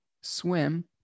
swim